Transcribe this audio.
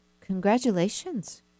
congratulations